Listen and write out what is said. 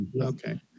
okay